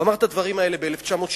הוא אמר את הדברים האלה ב-1968,